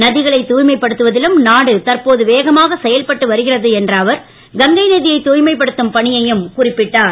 நதிகளைத் தாய்மைப்படுத்துவதிலும் நாடு தற்போது வேகமாக செயல்பட்டு வருகிறது என்ற அவர் கங்கை நதியை தூய்மைப்படுத்தும் பணியைக் குறிப்பிட்டார்